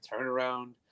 turnaround